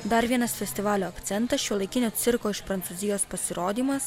dar vienas festivalio akcentas šiuolaikinio cirko iš prancūzijos pasirodymas